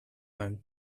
même